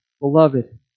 beloved